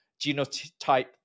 genotype